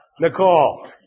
Nicole